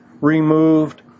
removed